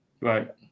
Right